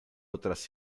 otras